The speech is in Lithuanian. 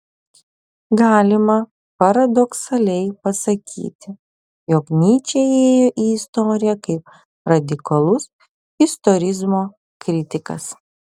galima paradoksaliai pasakyti jog nyčė įėjo į istoriją kaip radikalus istorizmo kritikas